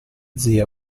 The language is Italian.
zia